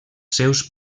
seus